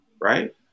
right